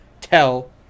tell